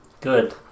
Good